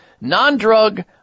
non-drug